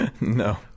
No